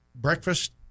Breakfast